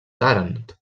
tàrent